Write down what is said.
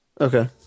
Okay